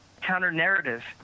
counter-narrative